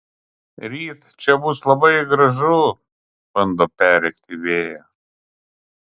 ryt čia bus labai gražu bando perrėkti vėją